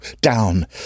down